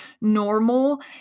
normal